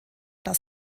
das